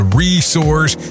resource